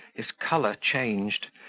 his colour changed,